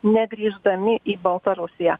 negrįždami į baltarusiją